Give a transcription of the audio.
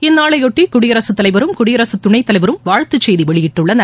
இந்நாளைபொட்டி குடியரசுத் தலைவரும் குடியரசுத் துணைத் தலைவரும் வாழ்த்து செய்தி வெளியிட்டுள்ளனர்